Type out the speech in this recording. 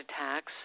attacks